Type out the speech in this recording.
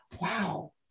wow